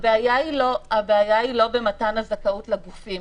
הבעיה היא לא במתן הזכאות לגופים.